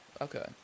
Okay